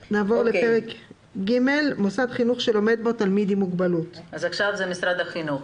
פרק ג' מוסד חינוך שלומד בו תלמיד עם מוגבלות עכשיו זה משרד החינוך.